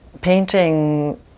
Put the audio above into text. painting